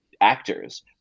actors